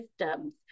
systems